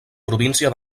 província